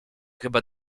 chyba